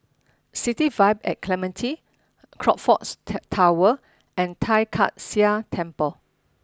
City Vibe at Clementi Crockfords Tower and Tai Kak Seah Temple